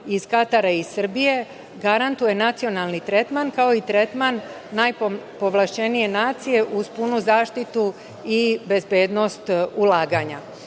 iz Katara i Srbije garantuje nacionalni tretman, kao i tretman najpovlašćenije nacije uz punu zaštitu i bezbednost ulaganja.